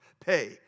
Pay